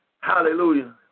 Hallelujah